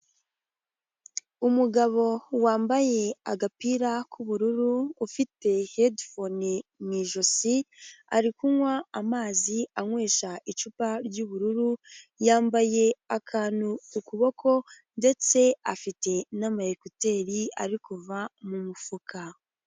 Umugabo wambaye agapira k'ubururu, ufite hedifone mu ijosi, ari kunywa amazi, anywesha icupa ry'ubururu, yambaye akantu ku kuboko, ndetse afite n'ama ekuteri ari kuva mu mufuka.